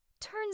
Turns